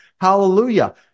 Hallelujah